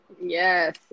Yes